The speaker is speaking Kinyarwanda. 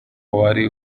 uwari